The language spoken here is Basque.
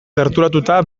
gerturatuta